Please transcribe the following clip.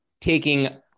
taking